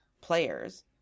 players